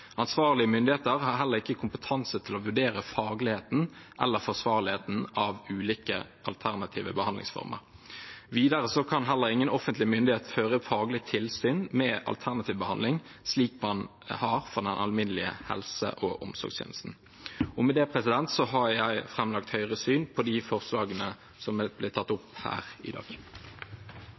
Ansvarlige myndigheter har heller ikke kompetanse til å vurdere fagligheten eller forsvarligheten ved ulike alternative behandlingsformer. Videre kan heller ingen offentlig myndighet føre faglig tilsyn med alternativ behandling, slik man har for den alminnelige helse- og omsorgstjenesten. Med det har jeg framlagt Høyres syn på de forslagene som er blitt tatt opp her i dag.